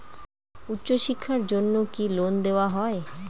উচ্চশিক্ষার জন্য কি লোন দেওয়া হয়?